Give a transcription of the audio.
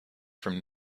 from